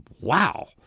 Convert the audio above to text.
wow